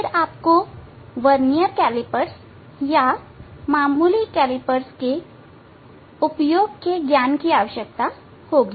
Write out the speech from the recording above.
फिर आपको vernier calipers या मामूली कैलीपर्स आदि के उपयोग करने के ज्ञान की आवश्यकता होगी